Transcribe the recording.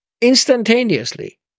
instantaneously